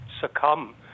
succumb